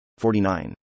49